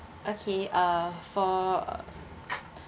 okay uh four